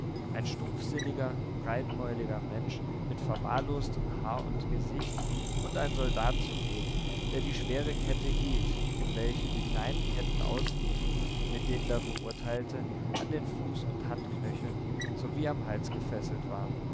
ein stumpfsinniger breitmäuliger mensch mit verwahrlostem haar und gesicht und ein soldat zugegen der die schwere kette hielt in welche die kleinen ketten ausliefen mit denen der verurteilte an den fuß und handknöcheln sowie am hals gefesselt war